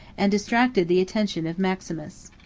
and distracted the attention of maximus.